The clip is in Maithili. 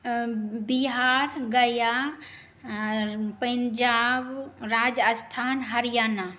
बिहार गया पञ्जाब राजस्थान हरियाणा